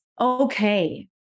okay